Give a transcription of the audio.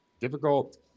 difficult